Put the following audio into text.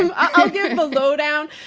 and i'll give the lowdown.